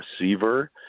receiver